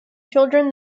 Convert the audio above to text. children